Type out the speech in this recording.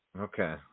Okay